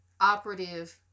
operative